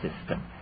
system